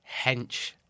hench